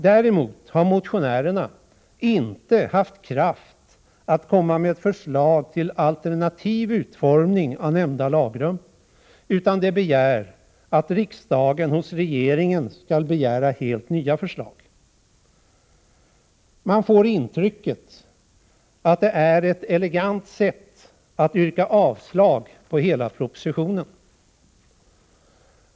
Däremot har motionärerna inte haft kraft att komma med ett förslag till alternativ utformning av nämnda lagrum, utan de begär att riksdagen hos regeringen skall hemställa om helt nya förslag. Man får intrycket att det är ett elegant sätt att yrka avslag på hela propositionen.